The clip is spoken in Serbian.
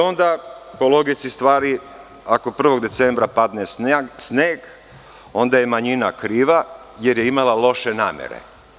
Onda, po logici stvari, ako 1. decembra padne sneg, onda je manjina kriva jer je imala loše namere.